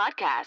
podcast